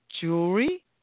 jewelry